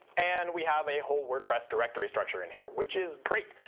and we have a whole wordpress directory structure in here, which is great.